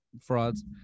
frauds